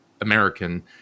American